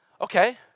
okay